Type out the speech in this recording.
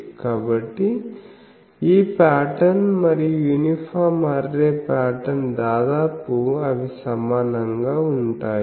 కాబట్టి ఈ ప్యాటర్న్ మరియు యూనిఫామ్ అర్రే ప్యాటర్న్ దాదాపు అవి సమానంగా ఉంటాయి